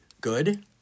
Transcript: good